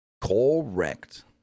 Correct